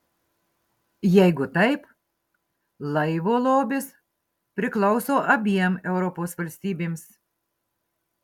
jeigu taip laivo lobis priklauso abiem europos valstybėms